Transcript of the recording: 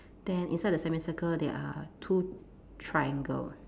then inside the semicircle there are two triangle